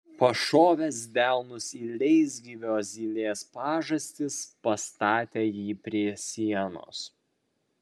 pašovęs delnus į leisgyvio zylės pažastis pastatė jį prie sienos